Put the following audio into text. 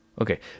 Okay